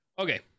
Okay